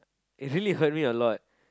it really hurt me a lot